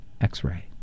X-Ray